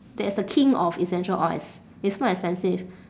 that's the king of essential oils it's more expensive